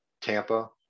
Tampa